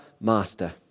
master